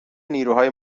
نیروهای